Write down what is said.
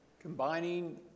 combining